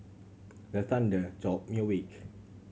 the thunder jolt me awake